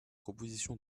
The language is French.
proposition